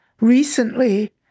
Recently